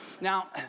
Now